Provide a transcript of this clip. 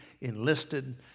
enlisted